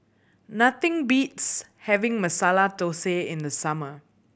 nothing beats having Masala Thosai in the summer